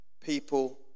people